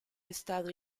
estado